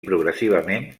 progressivament